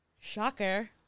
Shocker